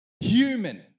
human